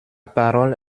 parole